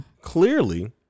clearly